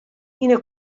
ina